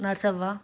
Narsavva